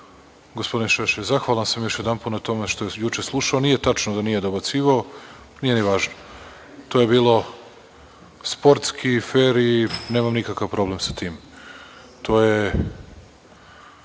gospodin Šešelj. Zahvalan sam još jedanput na tome što je juče slušao, nije tačno da nije dobacivao, nije ni važno. To je bilo sportski, fer i nemam nikakav problem sa tim. To je